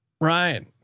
Ryan